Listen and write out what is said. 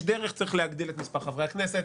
יש דרך צריך להגדיל את מספר חברי הכנסת,